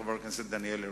חבר הכנסת דניאל הרשקוביץ.